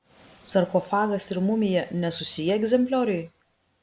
sarkofagas ir mumija nesusiję egzemplioriai